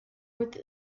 with